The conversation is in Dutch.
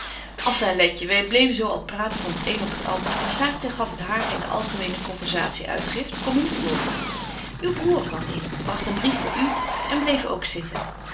enfin letje wy bleven zo al praten van t een op het ander en saartje gaf het hare in de algemene conversatie uitgift comme il faut uw broêr kwam in bragt een brief voor u en bleef ook zitten